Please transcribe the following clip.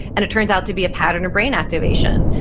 and it turns out to be a pattern of brain activation,